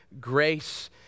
grace